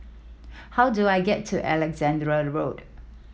how do I get to Alexandra Road